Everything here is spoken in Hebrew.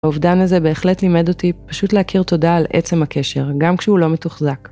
האובדן הזה בהחלט לימד אותי פשוט להכיר תודה על עצם הקשר, גם כשהוא לא מתוחזק.